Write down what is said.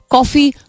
Coffee